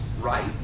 right